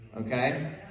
Okay